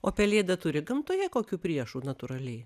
o pelėda turi gamtoje kokių priešų natūraliai